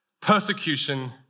persecution